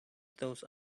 those